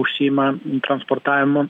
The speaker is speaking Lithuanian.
užsiima transportavimu